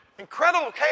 Incredible